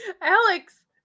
Alex